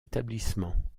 établissements